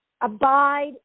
abide